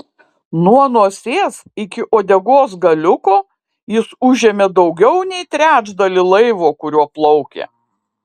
nuo nosies iki uodegos galiuko jis užėmė daugiau nei trečdalį laivo kuriuo plaukė